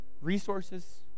resources